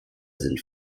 sind